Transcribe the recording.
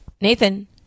Nathan